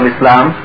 Islam